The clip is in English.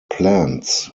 plans